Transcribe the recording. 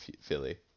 Philly